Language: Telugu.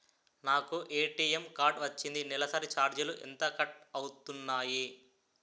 నాకు ఏ.టీ.ఎం కార్డ్ వచ్చింది నెలసరి ఛార్జీలు ఎంత కట్ అవ్తున్నాయి?